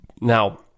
Now